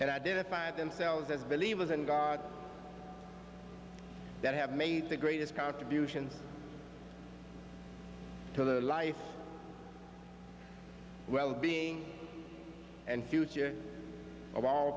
and identified themselves as believers in god that have made the greatest contributions to the life well being and future of all